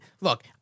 Look